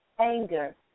anger